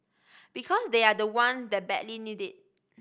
because they are the ones that badly need it